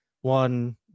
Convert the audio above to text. one